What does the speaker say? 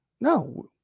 no